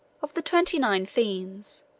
of the twenty-nine themes,